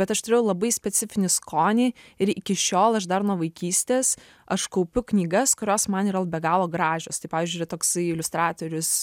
bet aš turėjau labai specifinį skonį ir iki šiol aš dar nuo vaikystės aš kaupiu knygas kurios man yra be galo gražios pavyzdžiui yra toksai iliustratorius